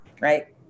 right